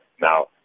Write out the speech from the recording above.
Now